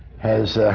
has